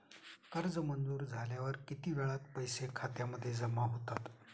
कर्ज मंजूर झाल्यावर किती वेळात पैसे खात्यामध्ये जमा होतात?